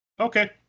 okay